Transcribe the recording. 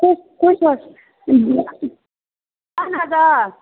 تُہۍ تُہۍ چھِو حظ اَہَن حظ آ